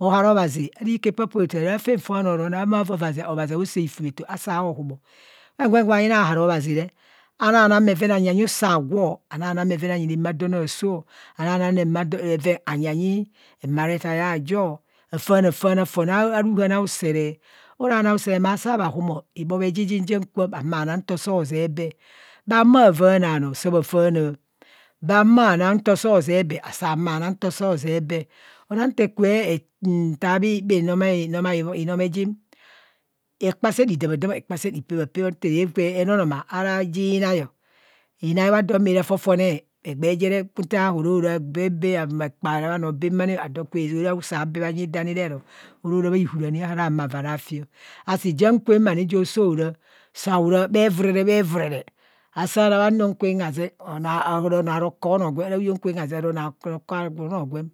Bhohara obhazi, ara ika apapo hotaa aafen foo noo ora nang ma owaa obhazi aosaa hifumeto asaa ahub o gwen gwen gwa yina bhohara obhazi re anana bheven anyanyi nsa agwo, anana bheven anyi ramaadon aasoo, anana bheven emaretai aajoo, afaana faana fon a ruhan auseree, ara bhanoo ausere maa saa bhahumo ibhobhe ji ja kwen ma na nto zee bee, bha humo bha vaana noo saa vaana, bha humo na nto soo zee bee, saa bha humo ana nto soo zee bee, ara nta ku bho bhi nome in nonai nomejim hekpa sen idamadam hekpa sen ipebhaphho. nte vaa nanoma naa ji nai, inai bho adom araa fofone egbee jere nto rara bhekperee anoo bha bhaamani aado kwe aazao, ora husaa bhe anyi doo bharo oro ra bha ihu ani ara humo avaa ra fi o, asi ja kwen jo soo raa, so ra bhe vurere bhe vurere asara bha nyeng kwen haseng araa onoo arokọ onoo gwe araa hukwem haze araa anro arokọ,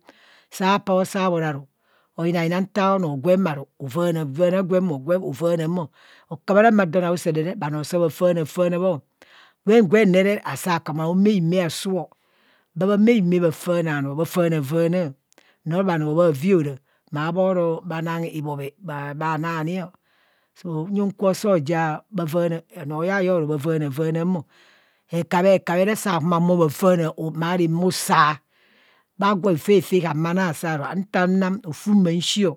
saa paa bho saa bhoro aru oyin yina nta onoo gwen avaana gwem, gwem avaana mọ, hekabha aramadom auserere re bhanoo saa bha faana faano bho gwen gwen re asaa ka ma omeime osuu bha bha meémeime bha faana anoo saa bha faana feana, ozama bhanoo bhavi ora ma bhoroo bhano ibhobhe bha na ni o, so nyeng kwo soo ja bha vaana, onro yaye ora bha vaana mo, hekabhe saa bha humo a humo bha vaana ramaa usa, bha gwe hefefe hahumo na saa ro nta nam hefefe ma shii